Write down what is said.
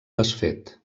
desfet